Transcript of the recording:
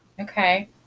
Okay